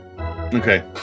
Okay